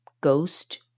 ghost